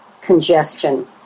congestion